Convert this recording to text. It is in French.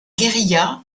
guérilla